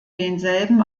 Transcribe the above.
denselben